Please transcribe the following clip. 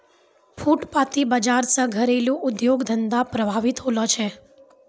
फुटपाटी बाजार से घरेलू उद्योग धंधा प्रभावित होलो छै